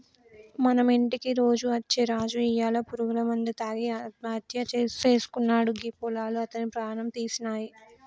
మన ఇంటికి రోజు అచ్చే రాజు ఇయ్యాల పురుగుల మందు తాగి ఆత్మహత్య సేసుకున్నాడు గీ పొలాలు అతని ప్రాణం తీసినాయి